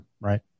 right